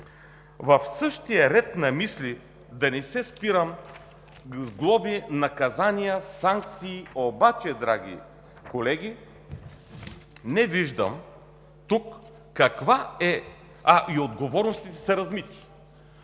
В същия ред на мисли – да не се спирам за глоби, наказания, санкции, обаче, драги колеги, не виждам тук каква е… А, и отговорностите са размити